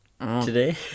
today